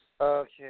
Okay